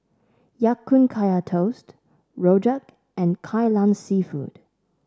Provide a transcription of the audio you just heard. Ya Kun Kaya Toast Rojak and Kai Lan seafood